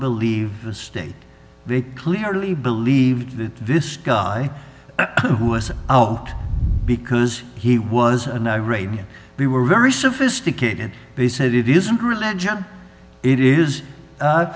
believe the state they clearly believed that this guy who was out because he was an iranian we were very sophisticated they said it isn't really a job it is